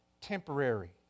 temporary